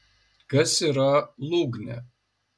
kas yra lūgnė